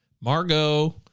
Margot